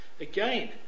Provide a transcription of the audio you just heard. Again